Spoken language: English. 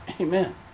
Amen